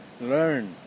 learn